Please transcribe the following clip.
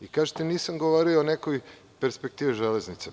Vi kažete nisam govorio o nekoj perspektivi železnica.